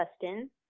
Justin